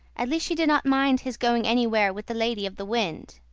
at least she did not mind his going anywhere with the lady of the wind.